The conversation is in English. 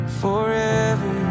forever